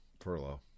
furlough